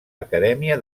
acadèmia